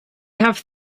have